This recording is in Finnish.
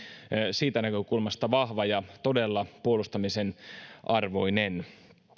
siitä näkökulmasta vahva ja todella puolustamisen arvoinen